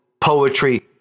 poetry